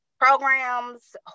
programs